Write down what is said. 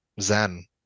zen